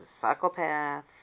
psychopath